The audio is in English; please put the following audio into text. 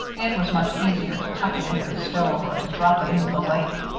it was much easier to tuck it into the stove or to drop it into the lake.